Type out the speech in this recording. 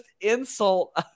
insult